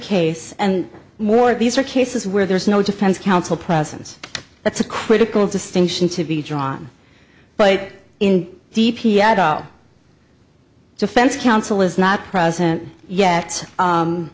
case and more of these are cases where there is no defense counsel present that's a critical distinction to be drawn but in d p adul defense counsel is not present ye